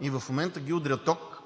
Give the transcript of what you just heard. и в момента ги удря ток.